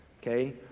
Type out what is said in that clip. okay